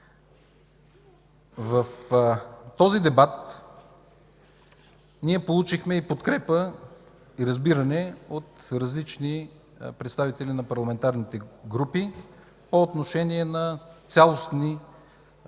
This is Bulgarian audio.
В този дебат ние получихме подкрепа и разбиране от различни представители на парламентарните групи по отношение на целите предложения,